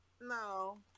No